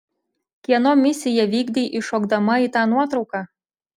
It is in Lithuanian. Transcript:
kieno misiją vykdei įšokdama į tą nuotrauką